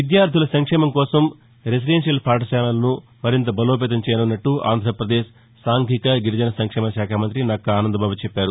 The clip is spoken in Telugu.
విద్యార్టర సంక్షేమం కోసం రెసిడెన్నియల్ పాఠశాలలను మరింత బలో పేతం చేయనున్నట్టు ఆంధ్రాపదేశ్ సాంఘీక గిరిజన సంక్షేమ శాఖా మంతి నక్కా ఆనందబాబు చెప్పారు